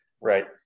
Right